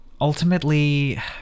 ultimately